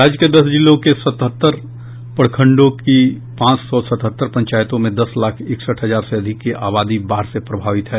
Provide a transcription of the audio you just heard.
राज्य के दस जिलों के सतहत्तर प्रखंडों की पांच सौ सतहत्तर पंचायतों में दस लाख इकसठ हजार से अधिक की आबादी बाढ़ से प्रभावित हैं